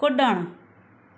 कुड॒णु